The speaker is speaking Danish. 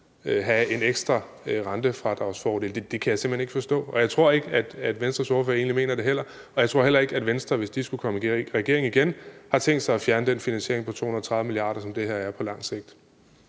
have en ekstra rentefradragsfordel? Det kan jeg simpelt hen ikke forstå. Jeg tror egentlig heller ikke, at spørgeren fra Venstre mener det, og jeg tror heller ikke, at Venstre, hvis de skulle komme i regering igen, har tænkt sig at fjerne den finansiering på 230 mio. kr., som det her betyder på lang sigt.